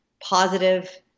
positive